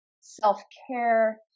self-care